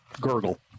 gurgle